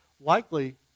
Likely